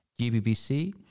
GBBC